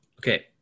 Okay